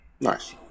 Nice